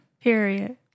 Period